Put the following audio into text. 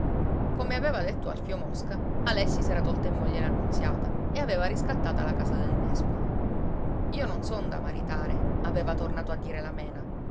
come aveva detto alfio mosca alessi s'era tolta in moglie la nunziata e aveva riscattata la casa del nespolo io non son da maritare aveva tornato a dire la mena